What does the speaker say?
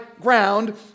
ground